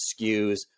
skews